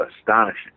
astonishing